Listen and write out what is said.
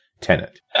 tenant